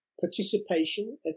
participation